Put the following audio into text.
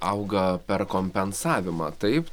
auga per kompensavimą taip